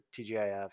tgif